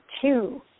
two